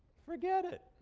forget it.